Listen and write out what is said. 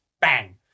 Bang